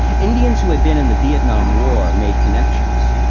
indians who had been in the vietnam war made connections.